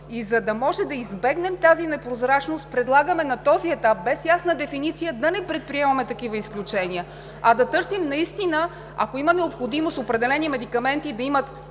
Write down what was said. И за да може да избегнем тази непрозрачност, предлагаме на този етап без ясна дефиниция да не предприемаме такива изключения, а да търсим, ако има необходимост, определени медикаменти да имат